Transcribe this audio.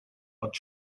not